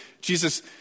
Jesus